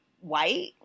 white